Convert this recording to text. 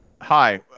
Hi